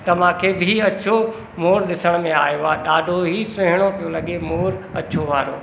त मूंखे बि अछो मोरु ॾिसण में आयो आहे ॾाढो ई सुहिणो पियो लॻे मोरु अछो वारो